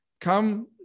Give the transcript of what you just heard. come